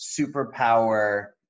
superpower